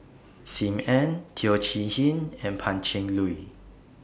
SIM Ann Teo Chee Hean and Pan Cheng Lui